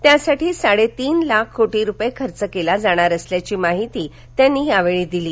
त्यासाठी साडेतीन लाख कोशी रुपये खर्च केला जाणार असल्याची माहिती त्यांनी यावेळी दिली